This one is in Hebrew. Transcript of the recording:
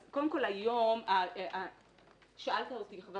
אז קודם כל שאלתם אותי כמה